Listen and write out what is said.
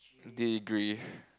degree